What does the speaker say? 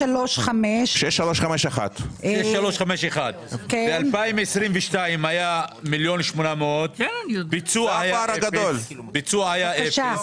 635/1. ב-2022 היה 1.8 מיליון, הביצוע היה אפס.